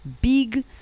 big